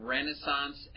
Renaissance